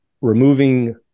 removing